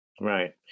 Right